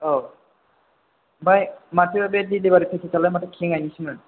औ ओमफाय माथो बे डेलिभारि पेकिंफ्रालाय माथो खेंनायनिसोमोन